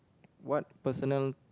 what personal